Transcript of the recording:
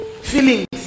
feelings